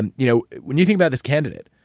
and you know when you think about this candidate,